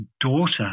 daughter